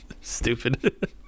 stupid